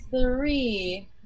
three